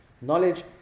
Knowledge